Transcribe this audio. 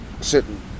sitting